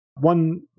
one